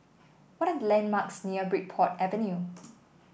what are the landmarks near Bridport Avenue